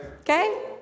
okay